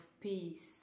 peace